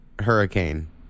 Hurricane